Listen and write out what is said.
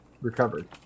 recovered